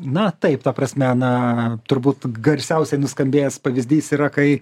na taip ta prasme na turbūt garsiausiai nuskambėjęs pavyzdys yra kai